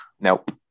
Nope